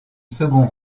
second